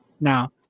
Now